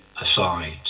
aside